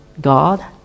God